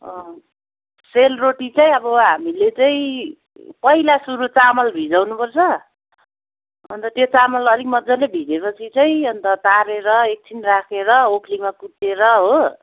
अँ सेलरोटी चाहिँ अब हामीले चाहिँ पहिला सुरु चामल भिजाउनु पर्छ अन्त त्यो चामललाई अलिक मजाले भिजे पछि चाहिँ अन्त तारेर एकछिन राखेर ओखलीमा कुटेर हो